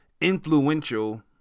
influential